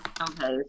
okay